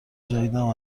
جدیدم